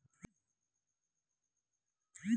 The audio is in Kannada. ಪ್ರತಿಯೊಂದು ಊರೊಳಗೆ ಪಶುಸಂಗೋಪನೆ ಆಸ್ಪತ್ರೆ ಅದವೇನ್ರಿ?